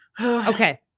okay